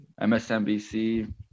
MSNBC